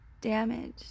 damaged